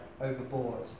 overboard